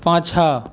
पाछाँ